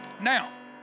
now